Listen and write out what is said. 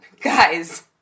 Guys